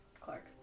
Clark